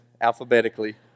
alphabetically